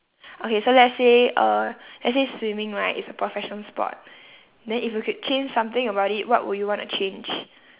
okay so let's say uh let's say swimming right it's a profession sport then if you could change something about it what would you want to change